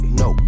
no